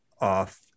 off